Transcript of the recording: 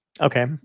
okay